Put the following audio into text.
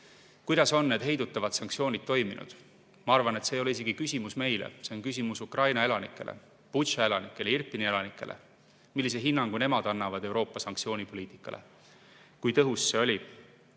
Kuidas on need heidutavad sanktsioonid toiminud? Ma arvan, et see ei ole isegi küsimus meile. See on küsimus Ukraina elanikele, Butša elanikele, Irpini elanikele. Millise hinnangu nemad annavad Euroopa sanktsioonipoliitikale? Kui tõhus see oli?